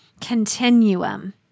continuum